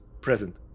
present